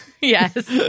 Yes